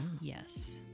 Yes